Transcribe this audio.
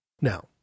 Now